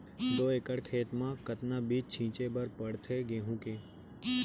दो एकड़ खेत म कतना बीज छिंचे बर पड़थे गेहूँ के?